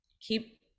keep